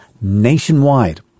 nationwide